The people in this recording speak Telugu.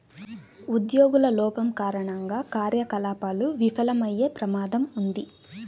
ఉద్యోగుల లోపం కారణంగా కార్యకలాపాలు విఫలమయ్యే ప్రమాదం ఉంది